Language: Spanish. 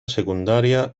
secundaria